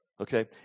Okay